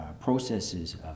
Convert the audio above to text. processes